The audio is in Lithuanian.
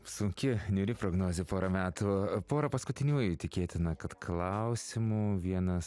sunki niūri prognozė pora metų pora paskutiniųjų tikėtina kad klausimų vienas